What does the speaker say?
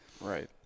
Right